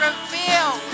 reveal